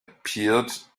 appeared